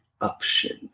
option